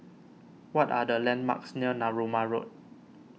what are the landmarks near Narooma Road